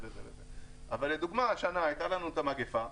אבל לדוגמה השנה הייתה לנו המגפה,